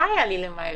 מה היה לי למהר?